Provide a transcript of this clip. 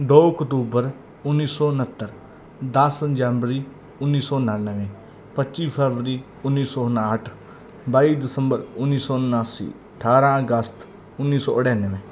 ਦੋ ਅਕਤੂਬਰ ਉੱਨੀ ਸੌ ਉਣਹੱਤਰ ਦਸ ਜਨਵਰੀ ਉੱਨੀ ਸੌ ਉਣਾਨਵੇਂ ਪੱਚੀ ਫਰਵਰੀ ਉੱਨੀ ਸੌ ਉਨਾਹਟ ਬਾਈ ਦਸੰਬਰ ਉੱਨੀ ਸੌ ਉਣਾਸੀ ਅਠਾਰ੍ਹਾਂ ਅਗਸਤ ਉੱਨੀ ਸੌ ਨੜਿਨਵੇਂ